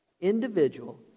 individual